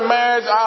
marriage